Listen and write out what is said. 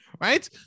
Right